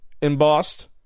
embossed